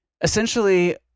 Essentially